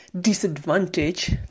disadvantage